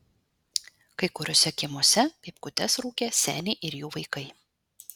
kai kuriuose kiemuose pypkutes rūkė seniai ir jų vaikai